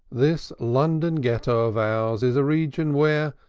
this london ghetto of ours is a region where,